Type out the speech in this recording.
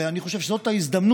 ואני חושב שזאת ההזדמנות